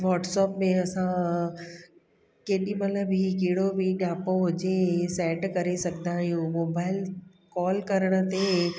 WhatsApp में असां केॾी महिल बि कहिड़ो बि नापो हुजे सैंड करे सघंदा आहियूं मोबाइल कॉल करण ते